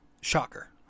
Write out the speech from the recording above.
Shocker